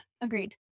agreed